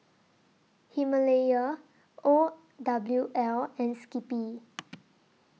Himalaya O W L and Skippy